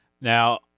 Now